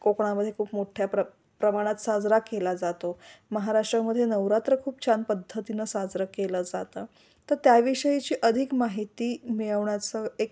कोकणामधे खूप मोठ्या प्र प्रमाणात साजरा केला जातो महाराष्ट्रामधे नवरात्र खूप छान पद्धतीनं साजरां केलं जातं तर त्याविषयीची अधिक माहिती मिळवण्याचं एक